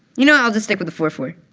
you know, i'll just stick with the four four.